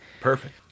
Perfect